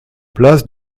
place